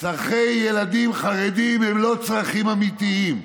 צורכי ילדים חרדים הם לא צרכים אמיתיים.